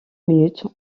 minutes